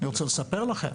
אני רוצה לספר לכם